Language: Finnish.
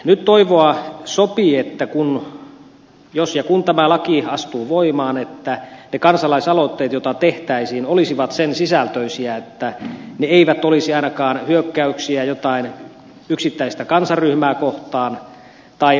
nyt toivoa sopii että jos ja kun tämä laki astuu voimaan ne kansalaisaloitteet joita tehtäisiin olisivat sen sisältöisiä että ne eivät olisi ainakaan hyökkäyksiä jotain yksittäistä kansanryhmää kohtaan tai vastaavia